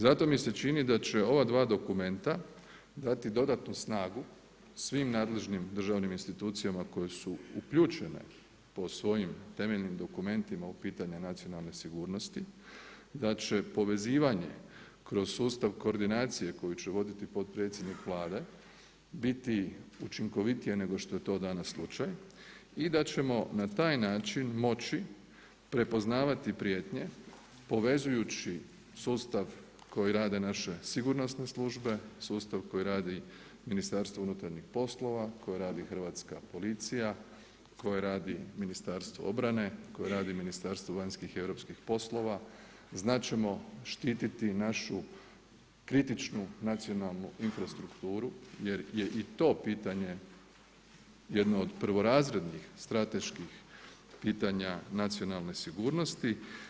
Zato mi se čini da će ova dva dokumenta dati dodatnu snagu svim nadležnim državnim institucijama koje su uključene po svojim temeljnim dokumentima u pitanja nacionalne sigurnosti, da će povezivanje kroz sustav koordinacije koji će voditi potpredsjednik Vlade biti učinkovitije nego što je to danas slučaj i da ćemo na taj način moći prepoznavati prijetnje povezujući sustav koji rade naše sigurnosne službe, sustav koji radi Ministarstvo unutarnjih poslova, koji radi hrvatska policija, koje radi Ministarstvo obrane, koje radi Ministarstvo vanjskih i europskih poslova, znat ćemo štitit našu kritičnu nacionalnu infrastrukturu jer je i to pitanje jedno od prvorazrednih strateških pitanje nacionalne sigurnosti.